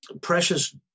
precious